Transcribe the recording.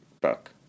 book